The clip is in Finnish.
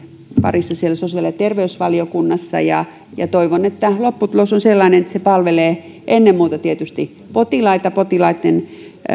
parissa siellä sosiaali ja terveysvaliokunnassa ja ja toivon että lopputulos on sellainen että se palvelee tietysti ennen muuta potilaita potilaitten